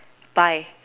buy